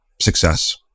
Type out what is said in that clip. success